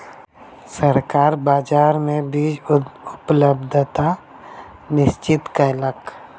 सरकार बाजार मे बीज उपलब्धता निश्चित कयलक